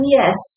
yes